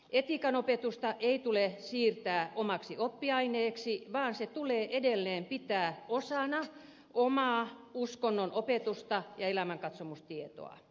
etiikan opetusta ei tule siirtää omaksi oppiaineeksi vaan se tulee edelleen pitää osana omaa uskonnonopetusta ja elämänkatsomustietoa